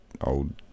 old